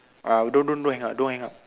ah don't don't hang up don't hang up